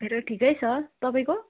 मेरो ठिकै छ तपाईँको